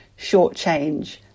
shortchange